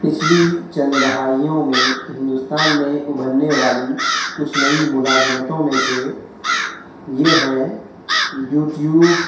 پچھلی چند دہائیوں میں ہندوستان میں ابھرنے والی کچھ نئی ملازمتوں میں سے یہ ہیں یوٹیوب